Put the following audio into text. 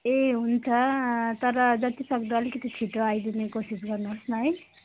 ए हुन्छ तर जत्तिसक्दो अलिकति छिटो आइदिने कोसिस गर्नुहोस् न है